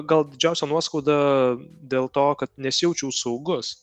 gal didžiausia nuoskauda dėl to kad nesijaučiau saugus